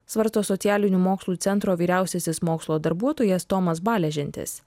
svarsto socialinių mokslų centro vyriausiasis mokslo darbuotojas tomas baležentis